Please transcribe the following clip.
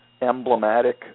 emblematic